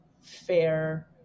fair